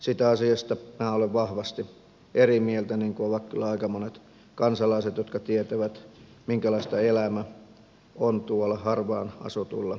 siitä asiasta minä olen vahvasti eri mieltä niin kuin ovat kyllä aika monet kansalaiset jotka tietävät minkälaista elämä on tuolla harvaan asutuilla alueilla